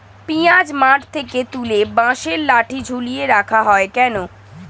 পিঁয়াজ মাঠ থেকে তুলে বাঁশের লাঠি ঝুলিয়ে রাখা হয় কেন?